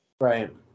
Right